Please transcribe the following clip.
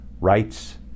rights